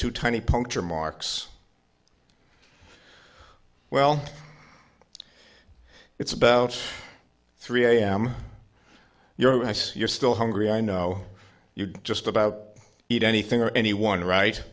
two tiny puncture marks well it's about three am your i see you're still hungry i know you just about eat anything or anyone right